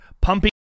pumping